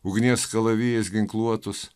ugnies kalavijais ginkluotus